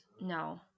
no